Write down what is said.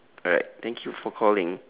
alright thank you for calling